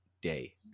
day